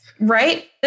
right